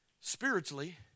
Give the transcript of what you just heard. spiritually